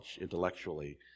intellectually